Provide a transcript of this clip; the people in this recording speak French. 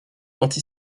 anti